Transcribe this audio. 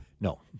No